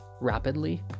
rapidly